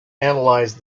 analyze